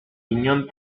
inon